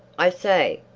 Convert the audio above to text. i say,